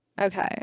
Okay